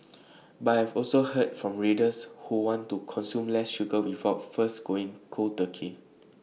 but I have also heard from readers who want to consume less sugar without first going cold turkey